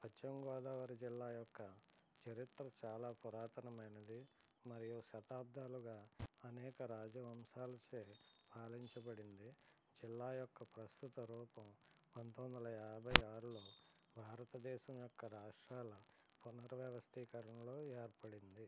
పశ్చిమగోదావరి జిల్లా యొక్క చరిత్ర చాలా పురాతనమైనది మరియు శతాబ్దాలుగా అనేక రాజవంశాలచే పాలించబడింది జిల్లా యొక్క ప్రస్తుత రూపం పంతొమ్మిది వందల యాభై ఆరులో భారతదేశం యొక్క రాష్ట్రాల పునర్ వ్యవస్థీకరణలో ఏర్పడింది